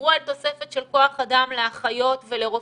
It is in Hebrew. דיברו על תוספת של כוח אדם לאחיות ולרופאים,